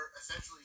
essentially